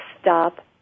stop